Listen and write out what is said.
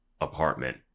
apartment